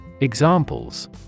Examples